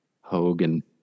Hogan